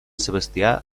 sebastià